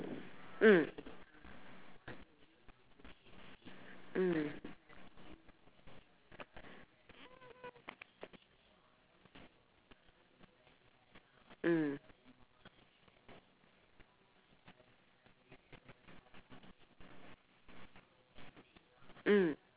mm mm mm mm